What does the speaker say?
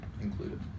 included